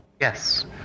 Yes